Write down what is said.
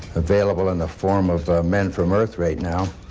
available in the form of ah men from earth right now.